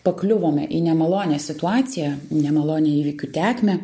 pakliuvome į nemalonią situaciją nemalonę įvykių tekmę